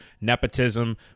nepotism